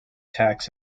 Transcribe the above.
tax